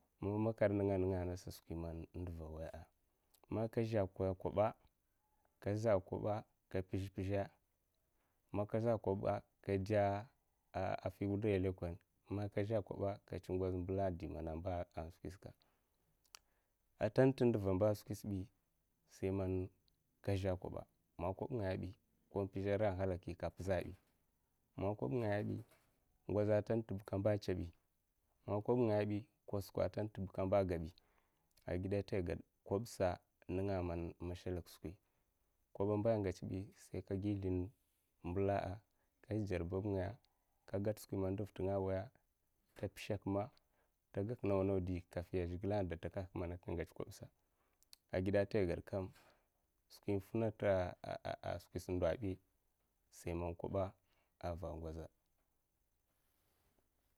Ma makar nènga angasa a skwi man nduva awaya man ka zhe ko koba, kazhe koba ka mpez' mpeza' man ka zhe kob'ba ka dei nka nfui wudai n' lekone, man ka zhe koba nka cho ngoz mbela de mana mba a skwisa ka'ntenta nduva amba skwisa bi sei man nka zhe koba man koba'ngaya bi ko mpeza ara nhalaki ka mpeza bi, man koba ngaya bi ngoza ntenta ba ka mba aka ncho bi, man kob'nagaya bi kosuk ntenta ba ka'mba aka gabi agida nta ai ged kob'sa nenga an mashalik skwi, man koba mba ngeche bi sai ka giy zlin mbula ka dzodzur babngaya ka gat skwi man nduv ntenga a nwoya'a nte mpeshak ma ta gag nawa nawa di kafin zhigile dei takahaka aka ngeche kob'sa agide nte ai gad kam skwi mfuna ta askwisa ndo bi sai man koba ava ngoza